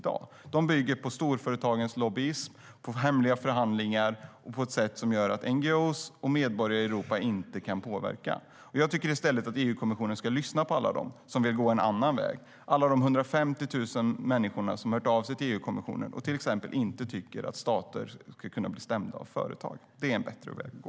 De bygger på storföretagens lobbyism och på hemliga förhandlingar på ett sätt som gör att NGO:er och medborgare i Europa inte kan påverka. Jag tycker att EU-kommissionen i stället ska lyssna på alla dem som vill gå en annan väg, på alla de 150 000 människor som hört av sig till EU-kommissionen och till exempel inte tycker att stater ska kunna bli stämda av företag. Det är en bättre väg att gå.